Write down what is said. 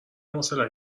حوصلش